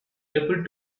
able